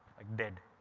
like dead.